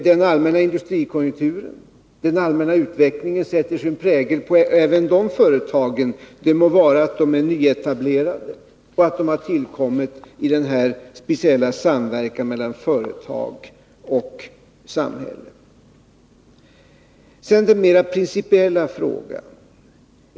Den allmänna industrikonjunkturen och den allmänna utvecklingen sätter sin prägel även på de företagen — det må vara att de är nyetablerade och att de har tillkommit genom den här speciella samverkan mellan företag och samhälle. Sedan till den mera principiella frågan.